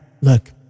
look